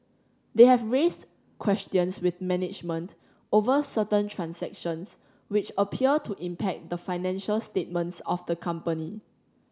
they have raised questions with management over certain transactions which appear to impact the financial statements of the company